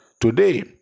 Today